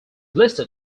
listed